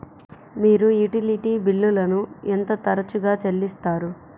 మీరు యుటిలిటీ బిల్లులను ఎంత తరచుగా చెల్లిస్తారు?